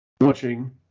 watching